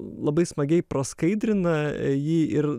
labai smagiai praskaidrina jį ir